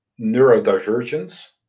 neurodivergence